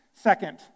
Second